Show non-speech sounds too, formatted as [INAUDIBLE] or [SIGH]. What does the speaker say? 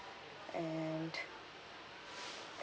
and [BREATH]